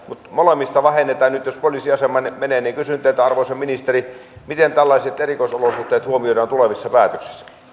mutta molemmista vähennetään nyt jos poliisiasema menee niin kysyn teiltä arvoisa ministeri miten tällaiset erikoisolosuhteet huomioidaan tulevissa päätöksissä